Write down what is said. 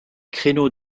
créneaux